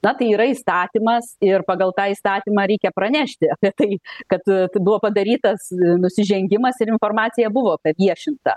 na tai yra įstatymas ir pagal tą įstatymą reikia pranešti apie tai kad buvo padarytas nusižengimas ir informacija buvo paviešinta